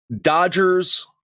dodgers